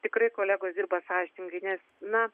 tikrai kolegos dirba sąžiningai nes na